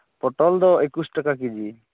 ᱯᱚᱴᱚᱞ ᱫᱚ ᱮᱠᱩᱥ ᱴᱟᱠᱟ ᱠᱮᱡᱤ